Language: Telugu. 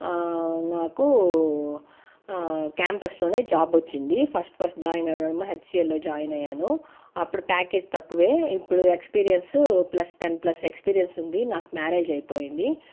నాకు క్యాంపస్లోనే జాబ్ వచ్చింది ఫస్ట్ ఫస్ట్ జాయిన్ అవ్వడమే హెచ్సీఎల్లో జాయిన్ అయ్యాను అప్పుడు ప్యాకేజ్ తక్కువే ఇప్పుడు experience plus ten plus experience ఉంది నాకు మ్యారేజ్ అయిపోయింది